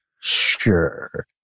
Sure